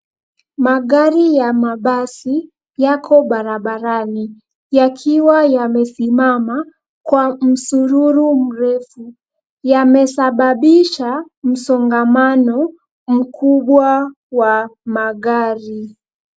Magari ya mabasi yako barabarani yakiwa yamesimama kwa msururu mrefu. Yamesababisha msongamano mkubwa wa magari.